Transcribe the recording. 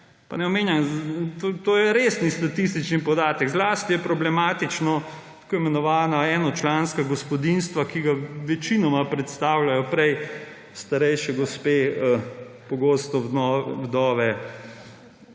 omice. To je resni statistični podatek. Zlasti so problematična tako imenovana enočlanska gospodinjstva, ki ga večinoma predstavljajo prej starejše gospe, pogosto vdove,